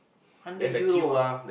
hundred Euro ah